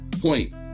point